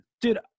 dude